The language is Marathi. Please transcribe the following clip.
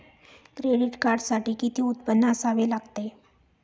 क्रेडिट कार्डसाठी किती उत्पन्न असावे लागते?